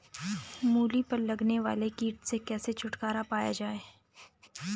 मूली पर लगने वाले कीट से कैसे छुटकारा पाया जाये?